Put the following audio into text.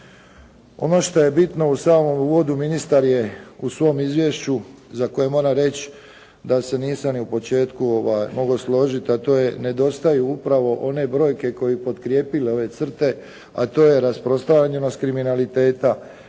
Ono šta je bitno u samom uvodu ministar je u svome izvješće za koje moram reći da se nisam u početku mogao složiti, a to je, nedostaju upravo one brojke koje bi potkrijepile ove crte, a to je raspostranjenost kriminaliteta,